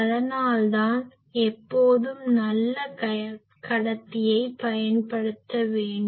அதனால்தான் எப்போதும் நல்ல கடத்தியை பயன்படுத்த வேண்டும்